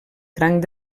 cranc